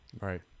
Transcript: Right